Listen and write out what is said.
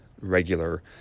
regular